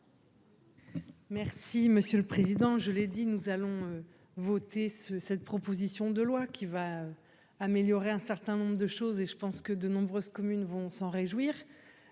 Merci monsieur le président. Je l'ai dit nous allons voter ce cette proposition de loi qui va. Améliorer un certain nombre de choses et je pense que de nombreuses communes vont s'en réjouir.